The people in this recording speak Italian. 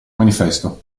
manifesto